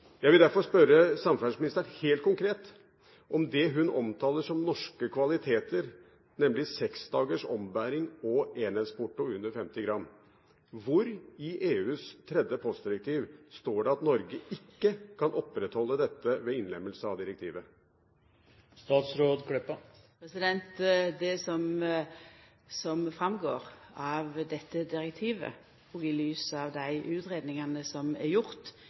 Jeg vil derfor spørre samferdselsministeren helt konkret om det hun omtaler som norske kvaliteter, nemlig seks dagers ombæring og enhetsporto for brev under 50 gram. Hvor i EUs tredje postdirektiv står det at Norge ikke kan opprettholde dette ved innlemmelse av direktivet? Det som går fram av dette direktivet – og i lys av dei utgreiingane som er